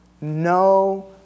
No